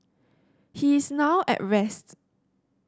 he is now at rest